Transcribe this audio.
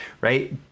right